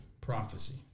Prophecy